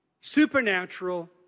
supernatural